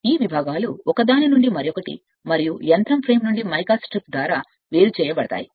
ఈ విభాగాలు ఒకదానికొకటి మరియు యంత్రం మైకా స్ట్రిప్ యొక్కచట్రంనుండి వేరు చేయబడతాయి